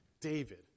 David